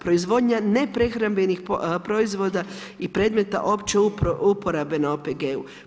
Proizvodnja neprehrambenih proizvoda i predmeta opće uporabe na OPG-u.